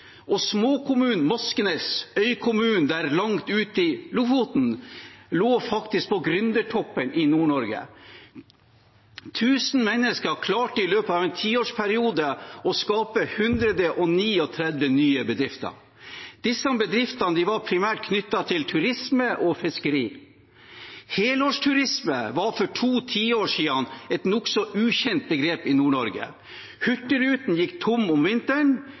Og småkommunen Moskenes, øykommunen langt der ute i Lofoten, lå faktisk på gründertoppen i Nord-Norge. Tusen mennesker klarte i løpet av en tiårsperiode å skape 139 nye bedrifter. Disse bedriftene var primært knyttet til turisme og fiskeri. Helårsturisme var for to tiår siden et nokså ukjent begrep i Nord-Norge. Hurtigruta gikk tom om vinteren.